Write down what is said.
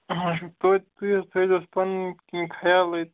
توتہِ تُہۍ حظ تھٲے زیوس پَنٕنۍ کِنۍ خیالٕے تہٕ